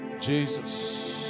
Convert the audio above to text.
Jesus